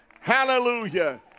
Hallelujah